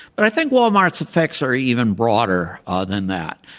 but i think walmart's effects are even broader ah than that.